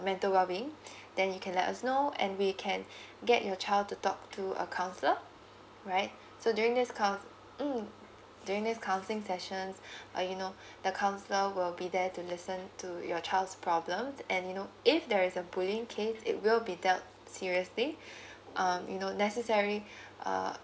mental well being then you can let us know and we can get your child to talk to a counsellor right so during this couns~ mm during these counselling sessions uh you know the counsellor will be there to listen to your child's problems and you know if there is a bullying case it will be dealt seriously um you know necessary uh